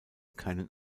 keinen